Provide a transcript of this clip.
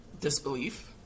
disbelief